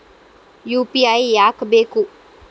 UPI ಯಾಕ್ ಬೇಕು?